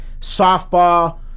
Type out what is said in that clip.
softball